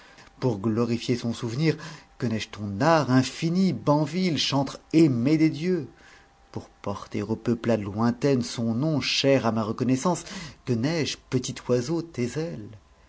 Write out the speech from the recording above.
pour glorifier son souvenir que n'ai-je ton art infini banville chantre aimé des dieux pour porter aux peuplades lointaines son nom cher à ma reconnaissance que n'ai-je petit oiseau tes ailes